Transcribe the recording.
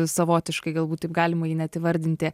savotiškai galbūt taip galima jį net įvardinti